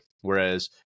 Whereas